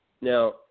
Now